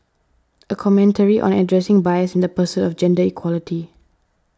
a commentary on addressing bias in the pursuit of gender equality